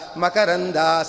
Makaranda